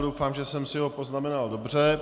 Doufám, že jsem si ho poznamenal dobře.